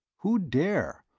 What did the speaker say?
who'd dare?